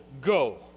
Go